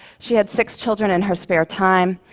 she had six children in her spare time.